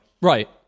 Right